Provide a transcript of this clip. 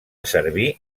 servir